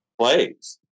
plays